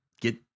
get